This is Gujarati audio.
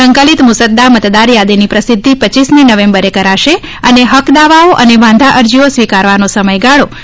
સંકલિત મુસદા મતદાર યાદીની પ્રસિધ્ધિ રૂપ નવેમ્બરે કરાશે અને હકક દાવાઓ અને વાંધા અરજીઓ સ્વીકારવાનો સમયગાળો તા